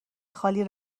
خالی